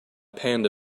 panda